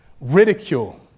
ridicule